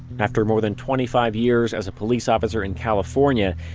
after more than twenty five years as a police officer in california,